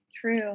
True